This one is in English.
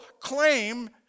claim